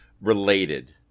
related